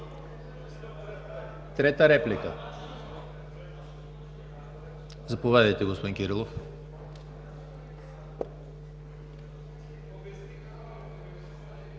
Трета реплика? Заповядайте, господин Кирилов.